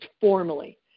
formally